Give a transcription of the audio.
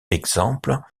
exemple